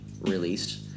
released